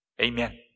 Amen